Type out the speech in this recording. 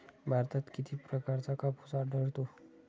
भारतात किती प्रकारचा कापूस आढळतो?